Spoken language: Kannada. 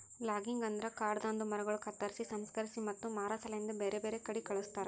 ಲಾಗಿಂಗ್ ಅಂದುರ್ ಕಾಡದಾಂದು ಮರಗೊಳ್ ಕತ್ತುರ್ಸಿ, ಸಂಸ್ಕರಿಸಿ ಮತ್ತ ಮಾರಾ ಸಲೆಂದ್ ಬ್ಯಾರೆ ಬ್ಯಾರೆ ಕಡಿ ಕಳಸ್ತಾರ